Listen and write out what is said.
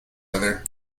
other